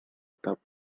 этап